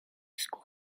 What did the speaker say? school